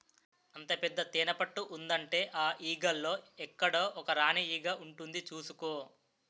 అంత పెద్ద తేనెపట్టు ఉందంటే ఆ ఈగల్లో ఎక్కడో ఒక రాణీ ఈగ ఉంటుంది చూసుకో